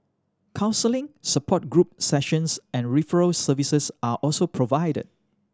counselling support group sessions and referral services are also provided